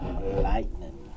lightning